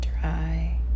dry